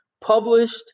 Published